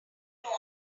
about